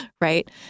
right